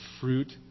fruit